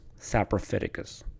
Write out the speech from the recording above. saprophyticus